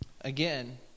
Again